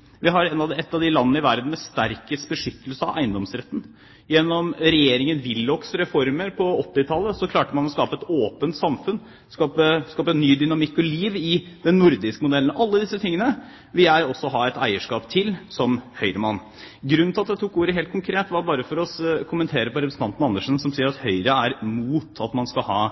vi har hatt åpne økonomier. Vi er et av landene i verden med sterkest beskyttelse av eiendomsretten. Gjennom regjeringen Willochs reformer på 1980-tallet klarte man å skape et åpent samfunn, skape ny dynamikk og liv i den nordiske modellen. Alle disse tingene vil jeg også ha et eierskap til som Høyre-mann. Jeg tok ordet for å komme med en helt konkret kommentar til representanten Andersen, som sier at Høyre er mot at man skal ha